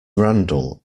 randall